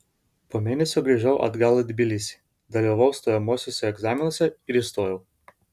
po mėnesio grįžau atgal į tbilisį dalyvavau stojamuosiuose egzaminuose ir įstojau